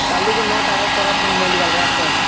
କାଲିକୁ ନଅଟାରେ କୋରାପୁଟ୍ ମେଡିକାଲ୍ରେ ଆସ